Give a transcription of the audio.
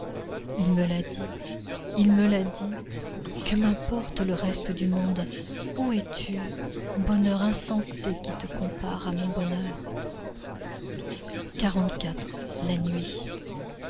il me l'a dit il me l'a dit que m'importe le reste du monde où es-tu bonheur insensé qui te compares à mon bonheur la nuit